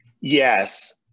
Yes